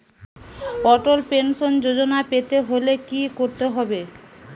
অটল pension Yojana পেতে হলে কি করতে হবে?